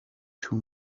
two